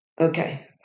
Okay